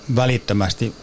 välittömästi